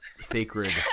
sacred